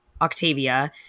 Octavia